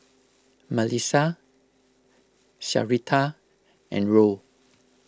Malissa Syreeta and Roll